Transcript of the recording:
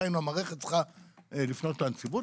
דהיינו המערכת צריכה לפנות לנציבות,